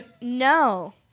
No